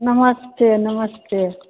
नमस्ते नमस्ते